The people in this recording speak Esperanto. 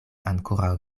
ankoraŭ